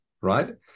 right